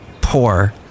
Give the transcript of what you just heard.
poor